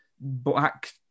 black